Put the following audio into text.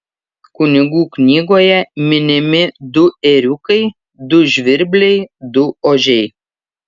kunigų knygoje minimi du ėriukai du žvirbliai du ožiai